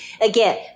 Again